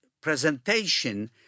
presentation